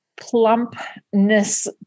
plumpness